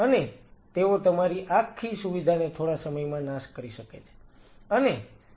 અને તેઓ તમારી આખી સુવિધાને થોડા સમયમાં નાશ કરી શકે છે